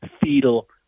fetal